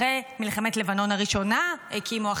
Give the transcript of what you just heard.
אחרי מלחמת לבנון הראשונה הקימו.